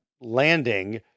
Landing